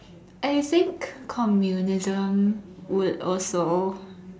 I think communism would also